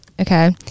okay